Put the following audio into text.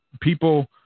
people